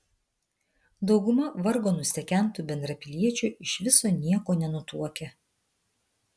dauguma vargo nustekentų bendrapiliečių iš viso nieko nenutuokia